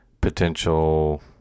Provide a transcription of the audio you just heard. potential